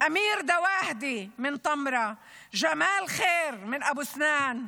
אמיר דוואהדה מטמרה, ג'מאל ח'יר מאבו סנאן,